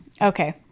Okay